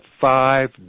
five